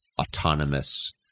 autonomous